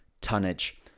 tonnage